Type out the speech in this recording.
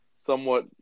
somewhat